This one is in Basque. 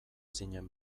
zinen